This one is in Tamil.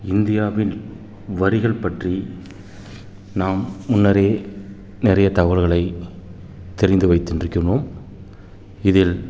இந்தியாவின் வரிகள் பற்றி நாம் முன்னரே நிறைய தகவல்களைத் தெரிந்து வைத்திருக்கின்றோம் இதில்